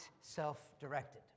self-directed